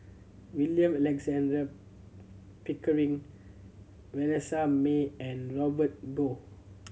William Alexander Pickering Vanessa Mae and Robert Goh